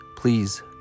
Please